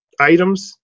items